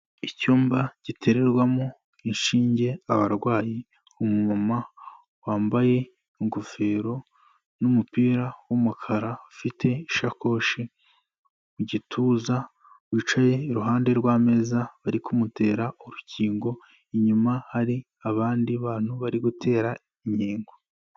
Icyumba gitererwamo inshinge abarwayi, umumama wambaye ingofero n'umupira w'umukara, ufite ishakoshi mu gituza wicaye iruhande rw'ameza bari kumutera urukingo. Inyuma hari abandi bantu bari gutera inkingo.